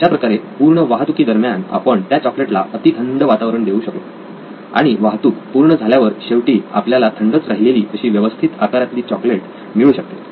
अशा प्रकारे पूर्ण वाहतुकीदरम्यान आपण त्या चॉकलेट्ला अति थंड वातावरण देऊ शकलो आणि वाहतूक पूर्ण झाल्यावर शेवटी आपल्याला थंडच राहिलेली अशी व्यवस्थित आकारातली चॉकलेट मिळू शकतील